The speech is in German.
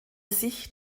sich